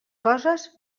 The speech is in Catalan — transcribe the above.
coses